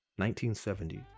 1970